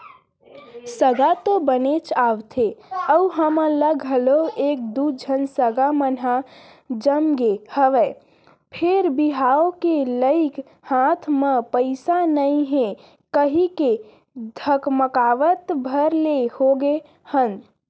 सगा तो बनेच आवथे अउ हमन ल घलौ एक दू झन सगा मन ह जमगे हवय फेर बिहाव के लइक हाथ म पइसा नइ हे कहिके धकमकावत भर ले होगे हंव